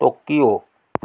Tokyo